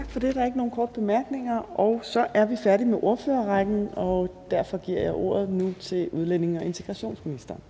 14:36 Fjerde næstformand (Trine Torp): Tak for det. Der er ikke nogen korte bemærkninger, og så er vi færdige med ordførerrækken. Derfor giver jeg nu ordet til udlændinge- og integrationsministeren.